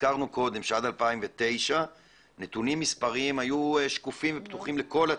הזכרנו קודם שעד 2009 הנתונים המספריים היו שקופים ופתוחים לכל הציבור,